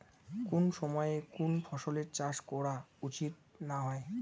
কুন সময়ে কুন ফসলের চাষ করা উচিৎ না হয়?